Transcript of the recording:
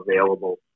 available